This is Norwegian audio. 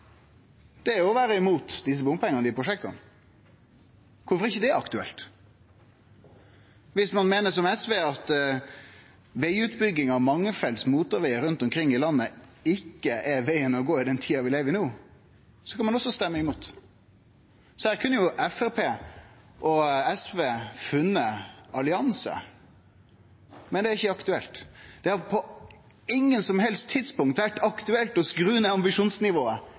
har ein jo éin ting ein kan gjere: Ein kan stemme imot, ein kan enkelt og greitt stemme imot. Det er å vere imot bompengane i desse prosjekta. Kvifor er ikkje det aktuelt? Viss ein, som SV, meiner at vegutbygging av mange felts motorvegar rundt omkring i landet ikkje er vegen å gå i den tida vi lever i no, kan ein også stemme imot. Her kunne jo Framstegspartiet og SV ha funne ein allianse. Men det er ikkje aktuelt. Det har på